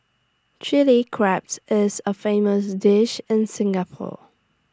Chilli crabs is A famous dish in Singapore